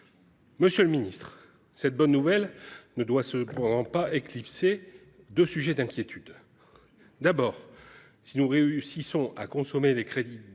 Monsieur le ministre, cette bonne nouvelle ne doit cependant pas éclipser deux sujets d’inquiétude. Tout d’abord, si nous consommons les crédits